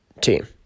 team